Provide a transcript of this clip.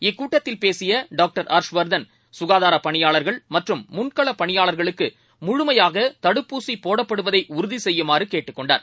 இக்கூட்டத்தில் பேசியடாக்டர் ஹர்ஷ்வர்தன் சுகாதாரப் பணியாளர்கள் மற்றும் முன்களப் பணியாளர்களுக்குமுழுமையாகதடுப்பூசிபோடப்படுவதைஉறுதிசெய்யுமாறகேட்டுக்கொண்டார்